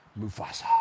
Mufasa